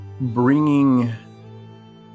bringing